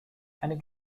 eine